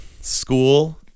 School